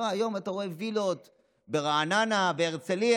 לא, היום אתה רואה וילות ברעננה, בהרצליה,